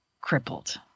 crippled